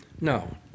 No